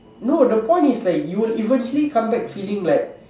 no the point is like you will eventually come back feeling like